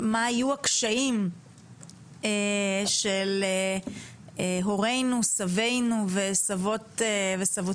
מה היו הקשיים של הורינו, סבינו וסבותינו,